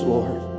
Lord